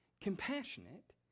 compassionate